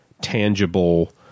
tangible